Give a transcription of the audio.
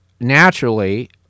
naturally